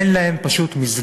פשוט אין להם מסגרת